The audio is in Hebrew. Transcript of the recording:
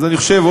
אני חושב,